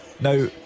now